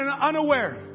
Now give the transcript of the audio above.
unaware